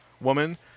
woman